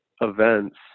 events